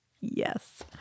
Yes